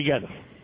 together